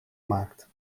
maakt